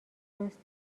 راست